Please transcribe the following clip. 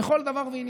לכל דבר ועניין,